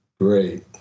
Great